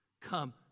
come